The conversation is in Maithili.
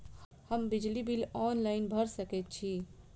हम बिजली बिल ऑनलाइन भैर सकै छी?